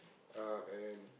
uh and